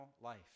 life